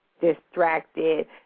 distracted